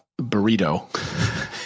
burrito